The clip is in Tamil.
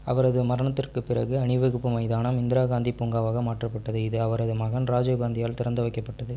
அவரது மரணத்திற்குப் பிறகு அணிவகுப்பு மைதானம் இந்திரா காந்தி பூங்காவாக மாற்றப்பட்டது இது அவரது மகன் ராஜீவ் காந்தியால் திறந்து வைக்கப்பட்டது